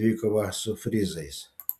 dvikovą su frizais